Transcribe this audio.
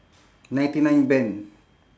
ninety nine bend